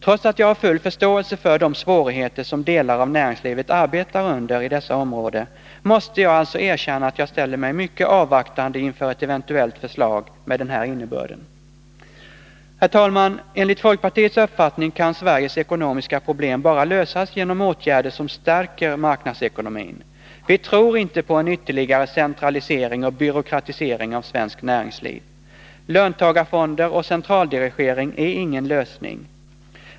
Trots att jag har full förståelse för de svårigheter som delar av näringslivet arbetar under i dessa områden, måste jag alltså erkänna att jag ställer mig mycket avvaktande inför ett eventuellt förslag med den här innebörden. Herr talman! Enligt folkpartiets uppfattning kan Sveriges ekonomiska problem bara lösas genom åtgärder som stärker marknadsekonomin. Vi tror inte på en ytterligare centralisering och byråkratisering av svenskt näringsliv. Löntagarfonder och centraldirigering är ingen lösning.